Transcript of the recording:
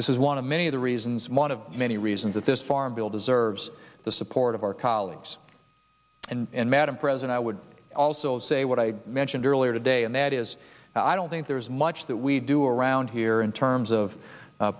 this is one of many of the reasons one of many reasons that this farm bill deserves the support of our colleagues and madam president i would also say what i mentioned earlier today and that is i don't think there is much that we do around here in terms of